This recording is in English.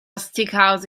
steakhouse